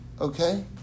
okay